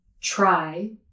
try